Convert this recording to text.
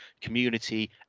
community